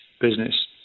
business